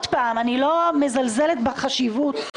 אני לא מזלזלת בחשיבות של הדבר,